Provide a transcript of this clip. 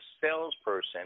salesperson